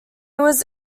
was